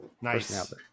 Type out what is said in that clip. Nice